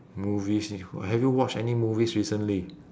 movies oh have you watch any movies recently